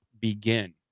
begin